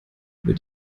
über